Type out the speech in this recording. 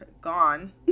gone